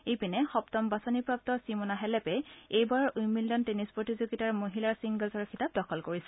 ইপিনে সপ্তম বাছনিপ্ৰাপ্ত ছিমোনা হেলেপে এইবাৰৰ উইম্লডন টেনিছ প্ৰতিযোগিতাৰ মহিলাৰ ছিংগলছৰ খিতাপ দখল কৰিছে